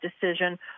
decision